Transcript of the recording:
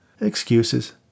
Excuses